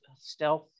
stealth